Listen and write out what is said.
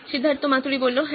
সিদ্ধার্থ মাতুরি হ্যাঁ